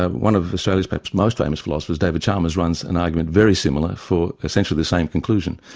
ah one of australia's perhaps most famous philosophers, david chalmers, runs an argument very similar for essentially the same conclusion.